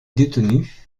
détenu